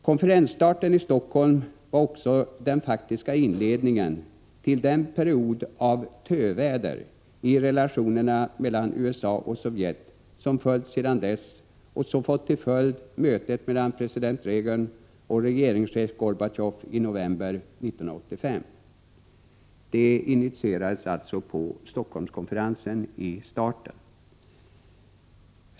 Konferensstarten i Helsingfors var också den faktiska inledningen till den period av ”töväder” i relationerna mellan USA och Sovjet som rått sedan dess och som fått till följd mötet mellan president Reagan och regeringschef Gorbatjov i november 1985. Det initierades alltså under Helsingforsskonferensens start.